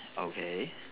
okay